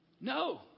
no